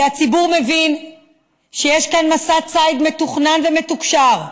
כי הציבור מבין שיש כאן מסע ציד מתוכנן ומתוקשר.